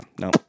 no